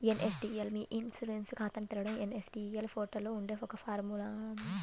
NSDL మీ e insurance ఖాతాని తెరవడం ఎన్.ఎస్.డి.ఎల్ పోర్టల్ లో ఉండే ఒక ఫారమ్ను పూరించాలి